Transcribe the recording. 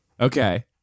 Okay